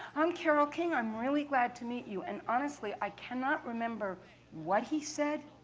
i'm carole king. i'm really glad to meet you. and honestly, i cannot remember what he said,